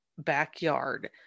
backyard